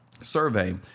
survey